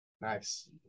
Nice